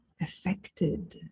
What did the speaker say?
affected